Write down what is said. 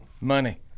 money